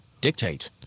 Dictate